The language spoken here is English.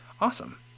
Awesome